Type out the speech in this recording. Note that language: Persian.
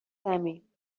زمین